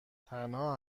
تنها